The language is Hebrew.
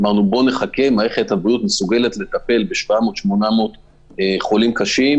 אמרנו שנחכה כי מערכת הבריאות מסוגלת לטפל ב-800-700 חולים קשה,